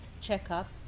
checkup